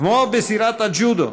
כמו בזירת הג'ודו,